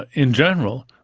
in general,